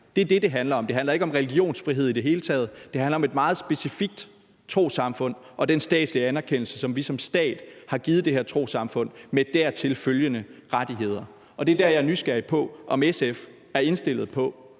Det er det, det handler om. Det handler ikke om religionsfrihed i det hele taget; det handler om et meget specifikt trossamfund og dens statslige anerkendelse, som vi som stat har givet det her trossamfund med dertil følgende rettigheder. Og det er der, jeg er nysgerrig på, om SF er indstillet på